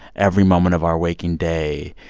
every moment of our waking day,